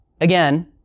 Again